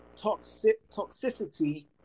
toxicity